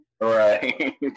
Right